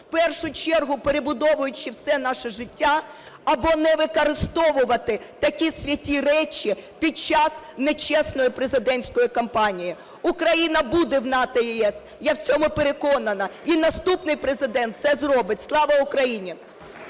в першу чергу перебудовуючи все наше життя, або не використовувати такі святі речі під час нечесної президентської кампанії. Україна буде в НАТО і ЄС, я в цьому переконана, і наступний Президент це зробить. Слава Україні!